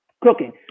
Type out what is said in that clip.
Cooking